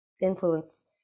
influence